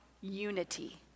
unity